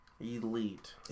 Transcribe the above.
Elite